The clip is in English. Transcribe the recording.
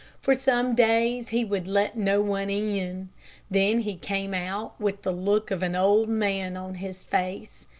for some days he would let no one in then he came out with the look of an old man on his face,